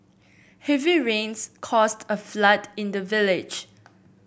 heavy rains caused a flood in the village